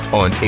on